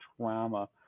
trauma